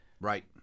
Right